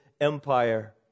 empire